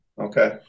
Okay